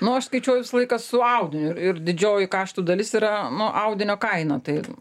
nu aš skaičiuoju visą laiką su audiniu ir ir didžioji kaštų dalis yra nu audinio kaina tai